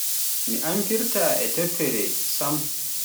mi amfirta e toffire sam,